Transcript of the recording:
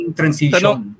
transition